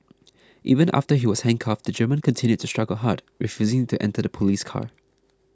even after he was handcuffed the German continued to struggle hard refusing to enter the police car